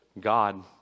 God